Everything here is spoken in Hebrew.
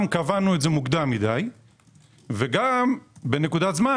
קבענו את זה מוקדם מדי וגם בנקודת זמן,